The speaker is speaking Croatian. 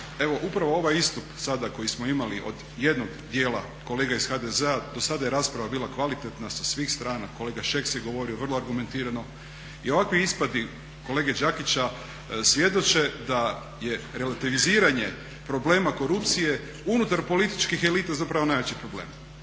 upravo ovaj istup sada koji smo imali od jednog dijela kolega iz HDZ-a, do sada je rasprava bila kvalitetna sa svih strana, kolega Šeks je govorio, vrlo argumentirano. I ovakvi ispadi kolege Đakića svjedoče da je relativiziranje problema korupcije unutar političkih elita zapravo najveći problem.